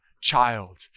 child